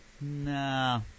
nah